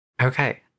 Okay